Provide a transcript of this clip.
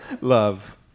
love